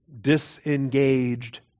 disengaged